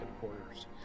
headquarters